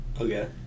okay